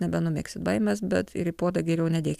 nebenumegsit baimės bet ir į puodą geriau nedėkit